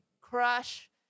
crush